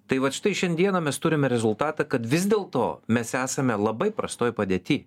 tai vat štai šiandieną mes turime rezultatą kad vis dėl to mes esame labai prastoj padėty